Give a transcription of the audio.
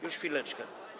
Już, chwileczkę.